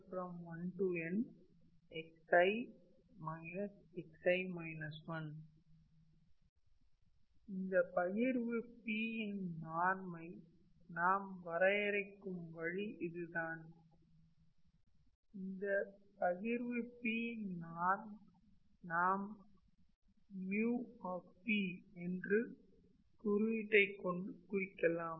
xn xn 1 max1in இந்த பகிர்வு P இன் நார்மை நாம் வரையறுக்கும் வழி இதுதான் இந்த பகிர்வு P இன் நார்மை நாம் 𝑃 என்ற குறியீட்டை கொண்டும் குறிக்கலாம்